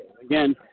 Again